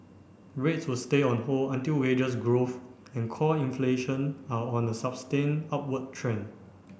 rates will stay on hold until wages growth and core inflation are on a sustained upward trend